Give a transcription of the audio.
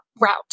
route